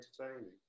entertaining